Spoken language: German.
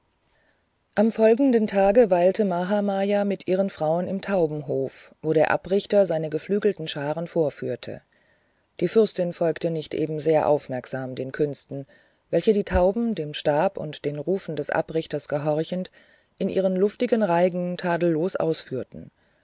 am folgenden tage weilte mahamaya mit ihren frauen im taubenhof wo der abrichter seine beflügelten scharen vorführte die fürstin folgte nicht eben sehr aufmerksam den künsten welche die tauben dem stab und den rufen des abrichters gehorchend in ihren luftigen reigen tadellos ausführten